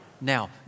Now